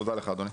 תודה לך אדוני.